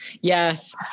yes